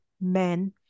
men